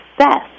success